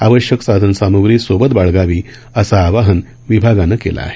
आवश्यक साधनसाम्ग्री सोबत बाळगावी असं आवाहन विभागानं केलं आहे